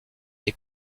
est